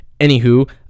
Anywho